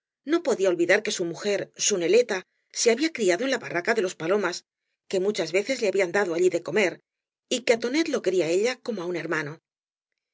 no podía olvidar que su mujer su neleta se había criado en la barraca de los ípalomas que muchas veces le habían dado allí de comer y que tonet lo quería ella como á un hermano